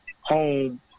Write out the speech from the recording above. home